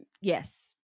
yes